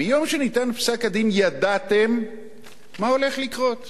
מיום שניתן פסק-הדין ידעתם מה הולך לקרות.